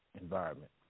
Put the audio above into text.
environment